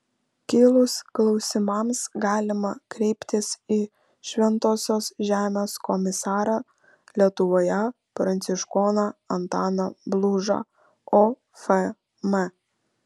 kilus klausimams galima kreiptis į šventosios žemės komisarą lietuvoje pranciškoną antaną blužą ofm